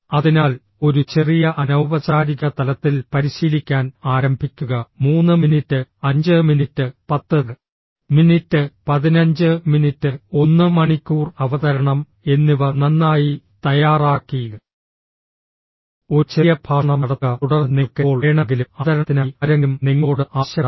അതിനാൽ ഒരു ചെറിയ അനൌപചാരിക തലത്തിൽ പരിശീലിക്കാൻ ആരംഭിക്കുക 3 മിനിറ്റ് 5 മിനിറ്റ് 10 മിനിറ്റ് 15 മിനിറ്റ് 1 മണിക്കൂർ അവതരണം എന്നിവ നന്നായി തയ്യാറാക്കി ഒരു ചെറിയ പ്രഭാഷണം നടത്തുക തുടർന്ന് നിങ്ങൾക്ക് എപ്പോൾ വേണമെങ്കിലും അവതരണത്തിനായി ആരെങ്കിലും നിങ്ങളോട് ആവശ്യപ്പെടാം